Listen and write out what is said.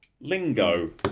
Lingo